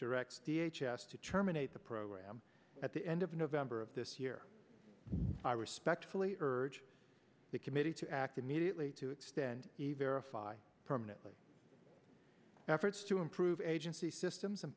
h s to terminate the program at the end of november of this year i respectfully urge the committee to act immediately to extend a verify permanently efforts to improve agency systems and